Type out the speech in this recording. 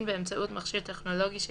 בהליכים פליליים באמצעים טכנולוגיים),